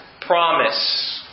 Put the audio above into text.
promise